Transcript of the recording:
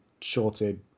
shorted